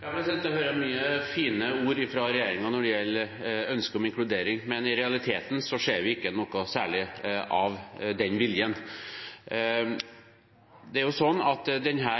Jeg hører mange fine ord fra regjeringen når det gjelder ønsket om inkludering, men i realiteten ser vi ikke noe særlig av den viljen. Denne